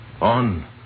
On